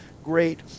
great